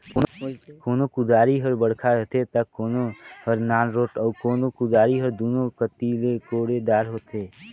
कोनो कुदारी हर बड़खा रहथे ता कोनो हर नानरोट अउ कोनो कुदारी हर दुनो कती ले कोड़े दार होथे